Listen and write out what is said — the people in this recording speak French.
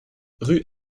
rue